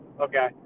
Okay